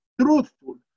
truthful